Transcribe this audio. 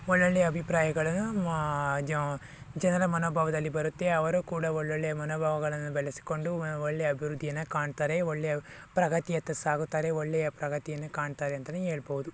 ಒಳ್ಳೊಳ್ಳೆಯ ಅಭಿಪ್ರಾಯಗಳನ್ನು ಜನರ ಮನೋಭಾವದಲ್ಲಿ ಬರುತ್ತೆ ಅವರು ಕೂಡ ಒಳ್ಳೊಳ್ಳೆಯ ಮನೋಭಾವಗಳನ್ನು ಬೆಳೆಸಿಕೊಂಡು ಒಳ್ಳೆಯ ಅಭಿವೃದ್ಧಿಯನ್ನು ಕಾಣ್ತಾರೆ ಒಳ್ಳೆಯ ಪ್ರಗತಿಯತ್ತ ಸಾಗುತ್ತಾರೆ ಒಳ್ಳೆಯ ಪ್ರಗತಿಯನ್ನು ಕಾಣ್ತಾರೆ ಅಂತನೇ ಹೇಳ್ಬೋದು